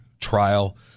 trial